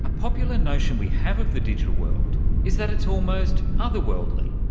ah popular notion we have of the digital world is that it's almost otherworldly,